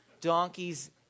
donkeys